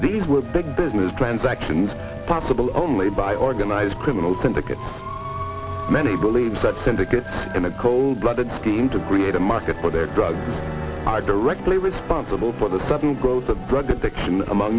these were big business transactions possible only by organized criminal syndicates many believe that syndicate in a cold blooded scheme to create a market for their drugs are directly responsible for the sudden growth of drug addicts and among